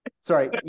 Sorry